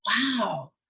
wow